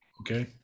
Okay